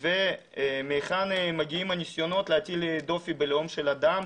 ומהיכן מגיעים הניסיונות להטיל דופי בלאום של אדם?